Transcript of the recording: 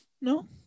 No